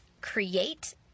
create